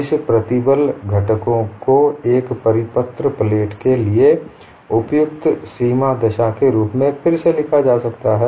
इस प्रतिबल घटकों को एक परिपत्र प्लेट के लिए उपयुक्त सीमा दशा के रूप में फिर से लिखा जा सकता है